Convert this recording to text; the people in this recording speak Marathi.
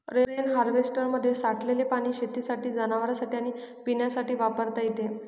रेन हार्वेस्टरमध्ये साठलेले पाणी शेतीसाठी, जनावरांनासाठी आणि पिण्यासाठी वापरता येते